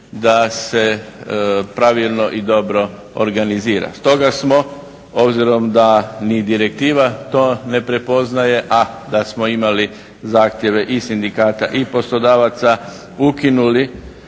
da se pravilno i dobro organizira. Stoga smo obzirom da ni direktiva to ne prepoznaje, a da smo imali zahtjeve i sindikata i poslodavaca ukinuli